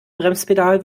bremspedal